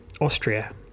austria